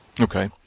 Okay